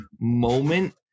moment